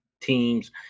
teams